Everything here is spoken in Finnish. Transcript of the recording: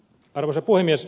arvoisa puhemies